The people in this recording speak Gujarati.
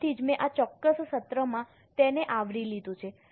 તેથી જ મેં આ ચોક્કસ સત્રમાં તેને આવરી લીધું છે